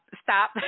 stop